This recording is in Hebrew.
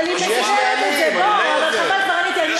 דוד, אתה שומע מה אתה עושה?